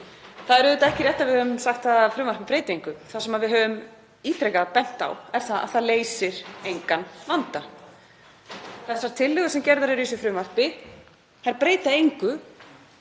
Það er auðvitað ekki rétt að við höfum sagt að frumvarpið breyti engu. Það sem við höfum ítrekað bent á er að það leysir engan vanda. Þær tillögur sem gerðar eru í þessu frumvarpi breyta engu